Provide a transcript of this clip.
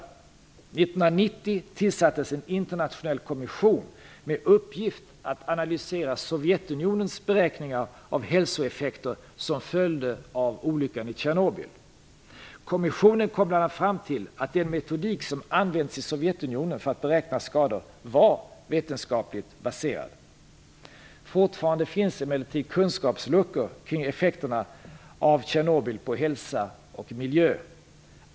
1990 tillsattes en internationell kommission med uppgift att analysera Sovjetunionens beräkningar av hälsoeffekter som följde av olyckan i Tjernobyl. Kommissionen kom bl.a. fram till att den metodik som använts i Sovjetunionen för att beräkna skador var vetenskapligt baserad. Fortfarande finns emellertid kunskapsluckor kring effekterna av Tjernobyl på hälsa och miljö.